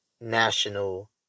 national